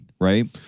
right